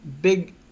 big